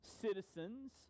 citizens